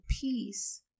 peace